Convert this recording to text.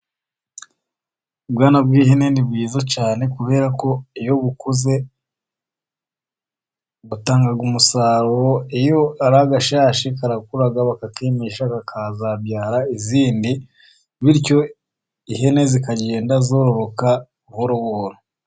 Ubwana bw'ihene ni bwiza cyane kubera ko iyo bukuze butanga umusaro. Iyo ari agashashi karakura bakakimisha kakazabyara izindi, bityo ihene zikagenda zororoka buhoro buhoro.